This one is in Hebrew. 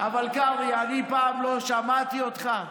אבל קרעי, אני פעם לא שמעתי אותך?